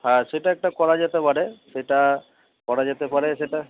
হ্যাঁ সেটা একটা করা যেতে পারে সেটা করা যেতে পারে সেটা